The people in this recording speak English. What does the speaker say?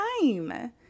time